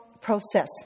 process